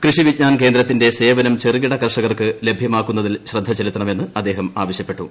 കൃഷി വിജ്ഞാൻ കേന്ദ്രത്തിന്റെ സേവനം ചെറുകിട കർഷകർക്ക് ലഭ്യമാക്കുന്നതിൽ ശ്രദ്ധ ചെലുത്തണമെന്ന് അദ്ദേഹം ആവശ്യപ്പെട്ടു